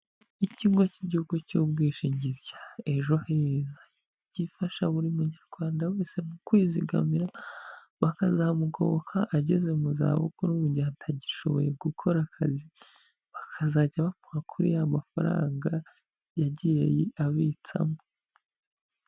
Ikigo cy'igihugu cy'ubwishingizi cya Ejo Heza, gifasha buri Munyarwanda wese mu kwizigamira bakazamugoboka ageze mu za bukuru mu gihe atagishoboye gukora akazi, bakazajya bamuha kuri ya mafaranga yagiye abitsamo.